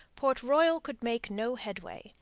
port royal could make no headway,